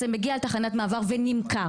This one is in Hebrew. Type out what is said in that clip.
זה מגיע לתחנת מעבר ונמכר.